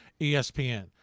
ESPN